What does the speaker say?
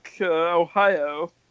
Ohio